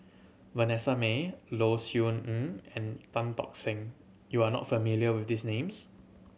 Vanessa Mae Low Siew Nghee and Tan Tock Seng you are not familiar with these names